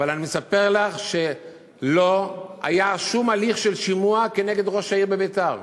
אבל אני מספר לך שלא היה שום הליך של שימוע כנגד ראש העיר ביתר.